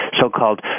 so-called